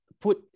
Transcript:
put